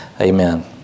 Amen